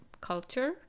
culture